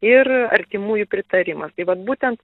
ir artimųjų pritarimas tai vat būtent